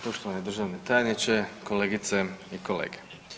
Poštovani državni tajniče, kolegice i kolege.